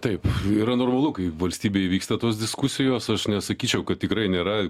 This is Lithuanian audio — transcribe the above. taip yra normalu kai valstybėj vyksta tos diskusijos aš nesakyčiau kad tikrai nėra